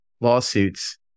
lawsuits